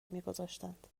نمیگذاشتند